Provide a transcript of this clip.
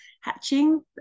Hatching